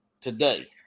today